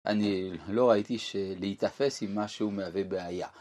אני לא ראיתי שלהיתפס עם משהו מהווה בעיה.